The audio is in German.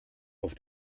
auf